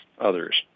others